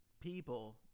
people